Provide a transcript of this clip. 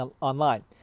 online